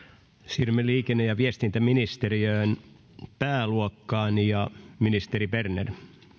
siirrymme liikenne ja viestintäministeriön pääluokkaan ministeri berner